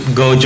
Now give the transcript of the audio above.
go